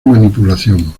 manipulación